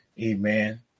Amen